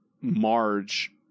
marge